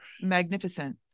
magnificent